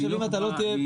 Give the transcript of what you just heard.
לא תהיה שווים בין שווים.